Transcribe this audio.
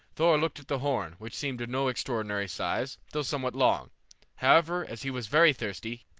thor looked at the horn, which seemed of no extraordinary size though somewhat long however, as he was very thirsty,